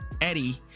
eddie